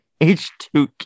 H2K